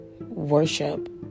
worship